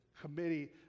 committee